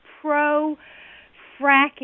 pro-fracking